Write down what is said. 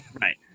Right